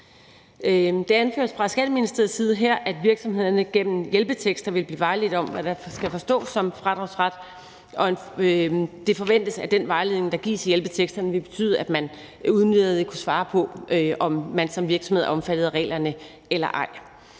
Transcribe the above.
Det anføres fra Skatteministeriets side her, at virksomhederne gennem hjælpetekster vil blive vejledt om, hvad der skal forstås som fradragsret, og det forventes, at den vejledning, der gives i hjælpeteksterne, vil betyde, at man som virksomhed vil kunne finde svar på, om man er omfattet af reglerne eller ej.